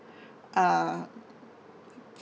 uh